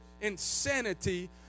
insanity